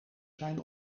zijn